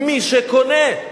מי שקונה.